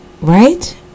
right